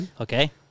Okay